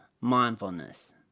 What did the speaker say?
mindfulness